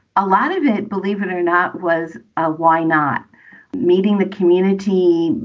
a lot of it. believe it or not, was a why not meeting the community,